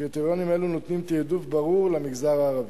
קריטריונים אלה נותנים תעדוף ברור למגזר הערבי.